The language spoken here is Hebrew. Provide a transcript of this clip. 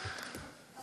בבקשה.